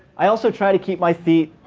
i also try to keep my feet,